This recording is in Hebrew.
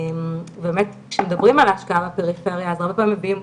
באמת שמדברים על השקעה בפריפריה אז הרבה פעמים מביאים,